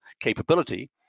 capability